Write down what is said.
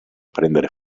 prendere